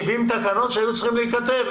יש 70 תקנות שהיו צריכות להיכתב.